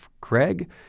Craig